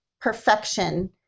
perfection